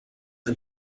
ein